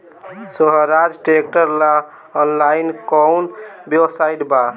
सोहराज tractor ला online कोउन website बा?